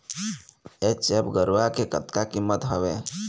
HF गरवा के कतका कीमत हवए?